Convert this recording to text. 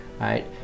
right